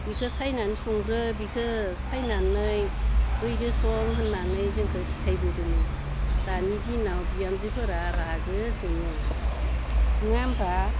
बेखौ सायनानै सोंग्रो बेखौ सांनानै बैजों सं होन्नानै जोंखौ सिखायबोदोंमोन दानि दिनाव बिहामजोफ्रा रागो जोङो नोङा होनाबा